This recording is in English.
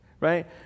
right